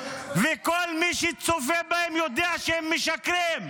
וכל מי שצופה בהם יודע שהם משקרים,